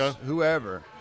whoever